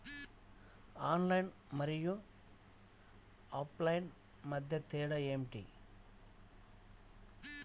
Online మరియు offline మధ్య తేడా ఏమిటీ?